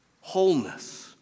wholeness